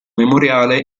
memoriale